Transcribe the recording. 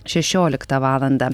šešioliktą valandą